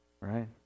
right